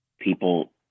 people